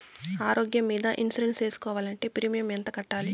ఆరోగ్యం మీద ఇన్సూరెన్సు సేసుకోవాలంటే ప్రీమియం ఎంత కట్టాలి?